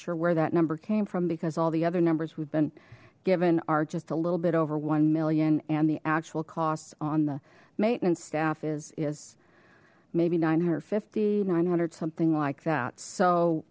sure where that number came from because all the other numbers we've been given are just a little bit over one million and the actual costs on the maintenance staff is maybe nine hundred and fifty nine hundred something like that so